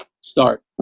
start